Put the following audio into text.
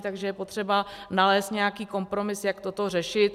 Takže je potřeba nalézt nějaký kompromis, jak toto řešit.